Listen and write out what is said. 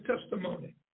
testimony